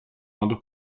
modo